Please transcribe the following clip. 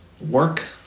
work